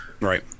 Right